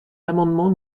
l’amendement